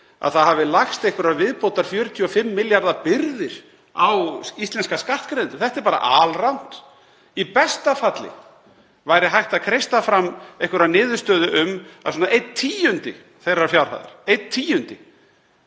að það hafi lagst einhverjar 45 milljarða viðbótarbyrðar á íslenska skattgreiðendur. Það er bara alrangt. Í besta falli væri hægt að kreista fram einhverja niðurstöðu um svona einn tíunda þeirrar fjárhæðar. Einn tíundi,